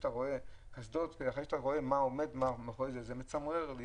וכשאתה מבין מה עומד מאחורי זה זה מצמרר.